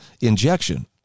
injection